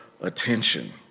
attention